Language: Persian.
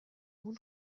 اون